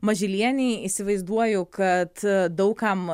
mažylienei įsivaizduoju kad daug kam